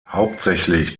hauptsächlich